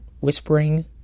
whispering